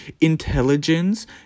intelligence